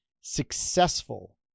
successful